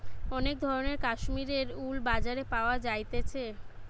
অনেক ধরণের কাশ্মীরের উল বাজারে পাওয়া যাইতেছে